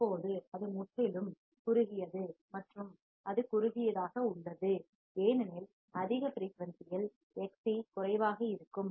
இப்போது அது முற்றிலும் குறுகியது மற்றும் அது குறுகியதாக உள்ளது ஏனெனில் அதிக ஃபிரீயூன்சியில் Xc குறைவாக இருக்கும்